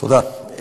תודה.